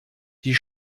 die